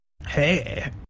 Hey